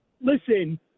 listen